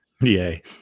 Yay